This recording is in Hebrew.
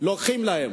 לוקחים להם,